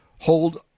hold